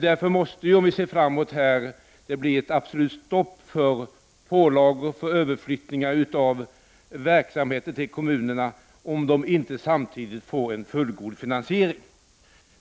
Om vi ser framåt måste det alltså bli ett absolut stopp för pålagor och överflyttning av verksamhet till kommunerna om de inte samtidigt får en fullgod finansiering.